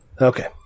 Okay